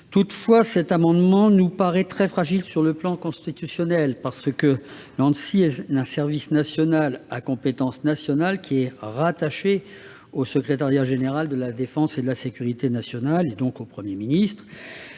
Toutefois, cet amendement nous paraît très fragile sur le plan constitutionnel. En effet, l'Anssi est un service national à compétence nationale rattaché au Secrétariat général de la défense et de la sécurité nationale, donc au Premier ministre,